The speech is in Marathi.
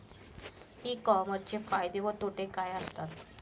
ई कॉमर्सचे फायदे व तोटे काय असतात?